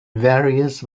various